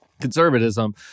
conservatism